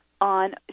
on